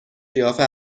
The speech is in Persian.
قیافه